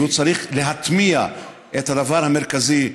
והוא צריך להטמיע את הדבר המרכזי,